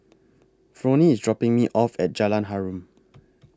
Fronnie IS dropping Me off At Jalan Harum